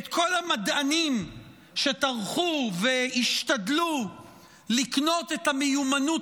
את כל המדענים שטרחו והשתדלו לקנות את המיומנות